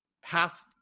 half